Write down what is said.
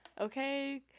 okay